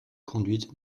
conduites